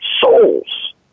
souls